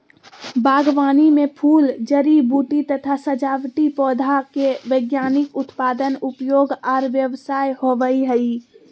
बागवानी मे फूल, जड़ी बूटी तथा सजावटी पौधा के वैज्ञानिक उत्पादन, उपयोग आर व्यवसाय होवई हई